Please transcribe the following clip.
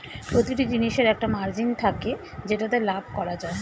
প্রতিটি জিনিসের একটা মার্জিন থাকে যেটাতে লাভ করা যায়